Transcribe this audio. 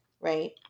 Right